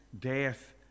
death